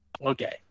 Okay